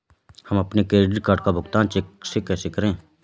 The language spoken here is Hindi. हम अपने क्रेडिट कार्ड का भुगतान चेक से कैसे करें?